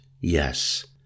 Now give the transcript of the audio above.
Yes